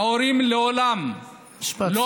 ההורים לעולם, משפט סיכום.